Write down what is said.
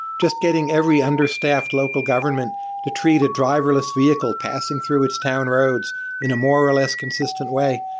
just getting every understaffed local government to treat a driverless vehicle passing through its town roads in a more or less consistent way.